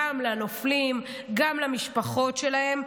גם לנופלים, גם למשפחות שלהם.